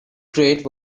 crate